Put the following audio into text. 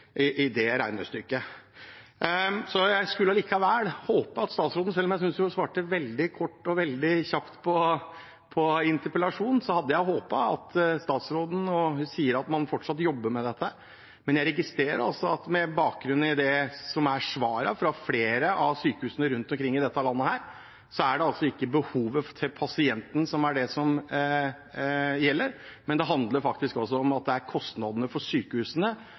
det regnestykket. Jeg syns statsråden svarte veldig kort og kjapt på interpellasjonen, men selv om hun sier at man fortsatt jobber med dette, registrerer jeg at med bakgrunn i det som er svaret fra flere av sykehusene rundt omkring i dette landet her, er det altså ikke behovet til pasienten som gjelder, det er faktisk kostnadene for sykehusene som er argumentasjonen bak hvorfor man sier nei. Statsråden kan gjerne riste på hodet fra plassen sin, men realiteten er at man må se hva svaret fra sykehusene er, og de er klare og tydelige. Det er